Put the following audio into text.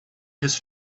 his